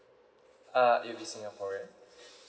uh it'll be singaporean